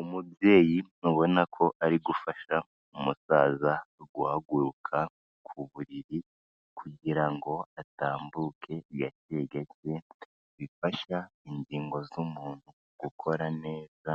Umubyeyi mubona ko ari gufasha umusaza guhaguruka ku buriri kugira ngo atambuke gake gake bifasha ingingo z'umuntu gukora neza